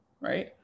Right